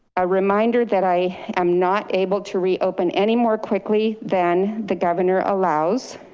a reminder that i am not able to reopen any more quickly than the governor allows.